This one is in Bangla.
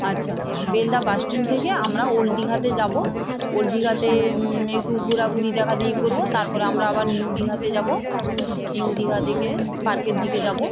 আচ্ছা বেলদা বাস স্ট্যান্ড থেকে আমরা ওল্ড দীঘাতে যাব ওল্ড দীঘাতে একটু ঘোরাঘুরি দেখাদেখি করব তারপরে আমরা আবার নিউ দীঘাতে যাব নিউ দীঘা থেকে পার্কের দিকে যাব